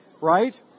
right